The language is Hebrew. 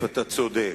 אתה צודק,